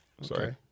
sorry